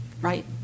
right